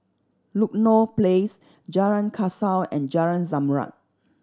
Ludlow Place Jalan Kasau and Jalan Zamrud